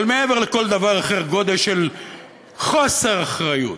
אבל מעבר לכל דבר אחר, גודש של חוסר אחריות,